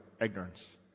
ignorance